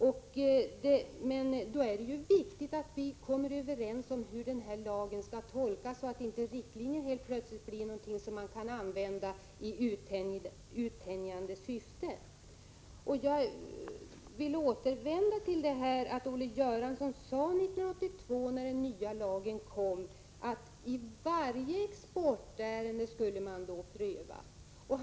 Men då är det också viktigt att vi kommer överens om hur denna lag skall tolkas, så att inte riktlinjen helt plötsligt blir någonting som kan användas i uttänjande syfte. Jag vill återkomma till att Olle Göransson 1982 sade, när den nya lagen kom, att man skulle pröva i varje exportärende.